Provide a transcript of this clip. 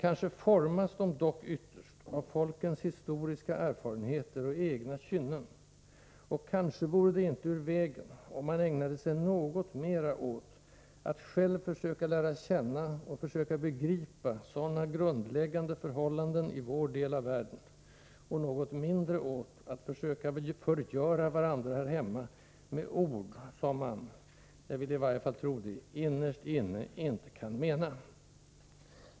Kanske formas de dock ytterst av folkens historiska erfarenheter och egna kynnen, och kanske vore det inte ur vägen om man ägnade sig något mera åt att själv försöka lära känna — och försöka begripa — sådana grundläggande förhållanden i vår del av världen och något mindre åt att försöka förgöra varandra här hemma med ord som man — jag vill i varje fall tro det — innerst inne inte kan mena.